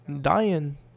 dying